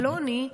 אלוני,